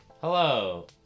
Hello